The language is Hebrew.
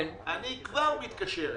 אני כבר מתקשר אליו.